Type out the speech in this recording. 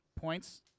Points